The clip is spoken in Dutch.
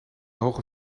hoge